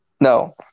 no